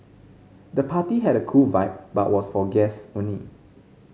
the party had a cool vibe but was for guest only